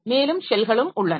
மேலும் ஷெல்களும் உள்ளன